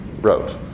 wrote